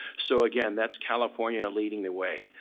so again that's california leading the way.